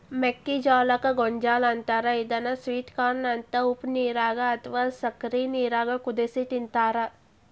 ಮೆಕ್ಕಿಜೋಳಕ್ಕ ಗೋಂಜಾಳ ಅಂತಾರ ಇದನ್ನ ಸ್ವೇಟ್ ಕಾರ್ನ ಅಂತ ಉಪ್ಪನೇರಾಗ ಅತ್ವಾ ಸಕ್ಕರಿ ನೇರಾಗ ಕುದಿಸಿ ತಿಂತಾರ